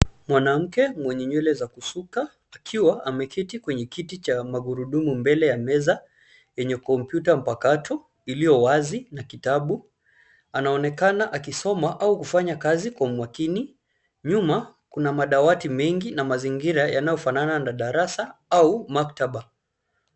Mwanamke mwenye nywele za kusuka akiwa ameketi kwenye kiti cha magurudumu mbele ya meza yenye kompyuta mpakato iliyo wazi na kitabu. Anaonekana akisoma au kufanya kazi kwa umakini. Nyuma kuna madawati mengi na mazingira yanayofanana na darasa au maktaba.